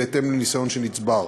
בהתאם לניסיון שנצבר.